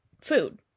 food